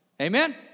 Amen